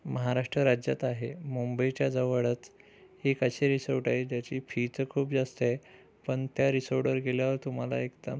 महाराष्ट्र राज्यात आहे मुंबईच्या जवळच एक असे रिसोट आहे ज्याची फी तर खूप जास्त आहे पण त्या रिसोडवर गेल्यावर तुम्हाला एकदम